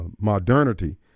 modernity